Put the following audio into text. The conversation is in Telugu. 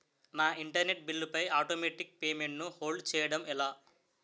నా ఇంటర్నెట్ బిల్లు పై ఆటోమేటిక్ పేమెంట్ ను హోల్డ్ చేయటం ఎలా?